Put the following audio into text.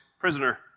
prisoner